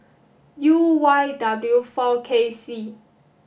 U Y W four K C